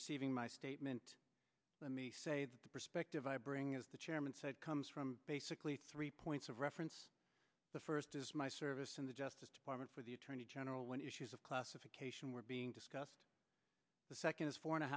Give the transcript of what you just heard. receiving my statement let me say that the perspective i bring as the chairman said comes from basically three points of reference the first is my service in the justice department for the attorney general when issues of classification were being discussed the second is four and a